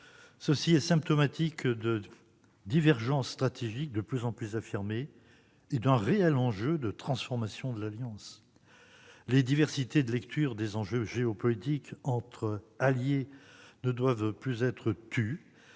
est symptomatique de divergences stratégiques de plus en plus affirmées et d'un réel enjeu de transformation de l'Alliance. La diversité des lectures des enjeux géopolitiques entre alliés ne doit plus être tue,